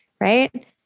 right